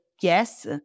yes